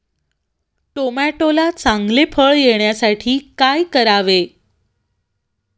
टोमॅटोला चांगले फळ येण्यासाठी काय करावे?